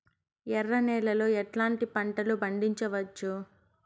ఎర్ర నేలలో ఎట్లాంటి పంట లు పండించవచ్చు వచ్చు?